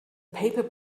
paper